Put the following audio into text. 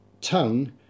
tongue